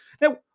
Now